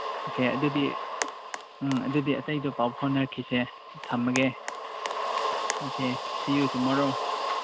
okay ꯑꯗꯨꯗꯤ ꯎꯝ ꯑꯗꯨꯗꯤ ꯑꯇꯩꯗꯨ ꯄꯥꯎ ꯐꯥꯎꯅꯈꯤꯁꯦ ꯊꯝꯃꯒꯦ ꯑꯣꯀꯦ ꯁꯤ ꯌꯨ ꯇꯨꯃꯣꯔꯣ